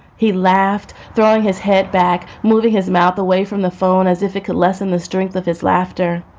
he laughed, throwing his head back, moving his mouth away from the phone, as if it could lessen the strength of his laughter.